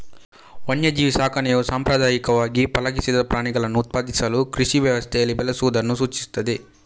ವನ್ಯಜೀವಿ ಸಾಕಣೆಯು ಸಾಂಪ್ರದಾಯಿಕವಾಗಿ ಪಳಗಿಸದ ಪ್ರಾಣಿಗಳನ್ನು ಉತ್ಪಾದಿಸಲು ಕೃಷಿ ವ್ಯವಸ್ಥೆಯಲ್ಲಿ ಬೆಳೆಸುವುದನ್ನು ಸೂಚಿಸುತ್ತದೆ